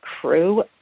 crew